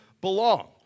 belong